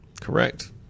Correct